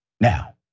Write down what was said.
Now